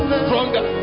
stronger